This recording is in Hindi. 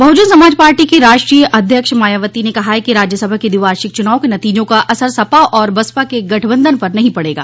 बहुजन समाज पार्टी की राष्ट्रीय अध्यक्ष मायावती ने कहा है कि राज्यसभा के द्विवार्षिक च्र्नावों के नतीजों का असर सपा और बसपा के गठबंधन पर नहीं पड़ेगा